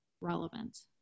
relevant